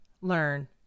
learn